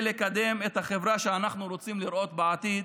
לקדם את החברה שאנחנו רוצים לראות בעתיד,